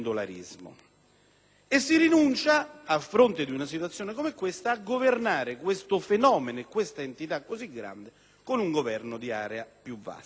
si rinunzia, a fronte di una situazione come questa, a governare questa entità così grande con un governo di area più vasta.